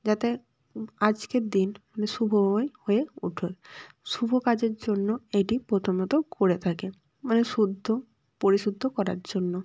যাতে আজকের দিন শুভ হয় হয়ে ওঠে শুভ কাজের জন্য এটি প্রথমত করে থাকে মানে শুদ্ধ পরিশুদ্ধ করার জন্য